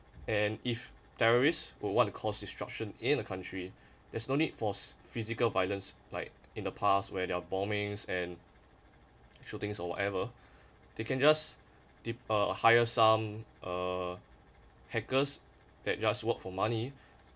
and if terrorists would want to cause destruction in the country there's no need for physical violence like in the past where their bombings and shootings or whatever they can just tip or hire some uh hackers that just work for money